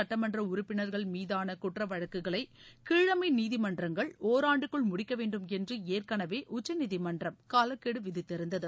சட்டமன்றஉறுப்பினர்கள்மீதானகுற்றவழக்குகளைகீழமைநீதிமன்றங்கள் தற்போதையநாடாளுமன்ற ஒராண்டுக்குள் முடிக்கவேண்டும் என்றுஏற்கனவேஉச்சநீதிமன்றம் காலக்கெடுவிதித்திருந்தது